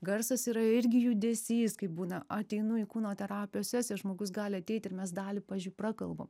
garsas yra irgi judesys kai būna ateinu į kūno terapijos sesiją žmogus gali ateiti ir mes dalį pavyzdžiui prakalbam